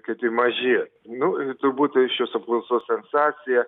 kaip tik mažėt nu turbūt tai šios apklausos sensacija